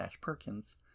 Perkins